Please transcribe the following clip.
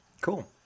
Cool